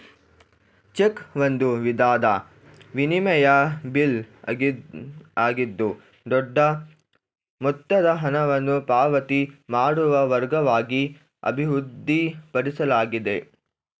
check ಒಂದು ವಿಧದ ವಿನಿಮಯ ಬಿಲ್ ಆಗಿದ್ದು ದೊಡ್ಡ ಮೊತ್ತದ ಹಣವನ್ನು ಪಾವತಿ ಮಾಡುವ ಮಾರ್ಗವಾಗಿ ಅಭಿವೃದ್ಧಿಪಡಿಸಲಾಗಿದೆ